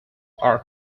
are